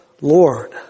Lord